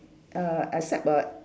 err except a